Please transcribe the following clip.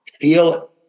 feel